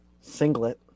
singlet